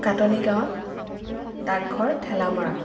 কাটনী গাঁৱত ডাকঘৰ ঠেলামৰা